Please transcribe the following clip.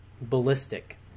ballistic